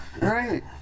right